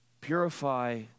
purify